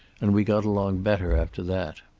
and we got along better after that.